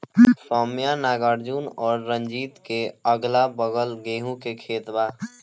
सौम्या नागार्जुन और रंजीत के अगलाबगल गेंहू के खेत बा